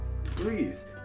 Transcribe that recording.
Please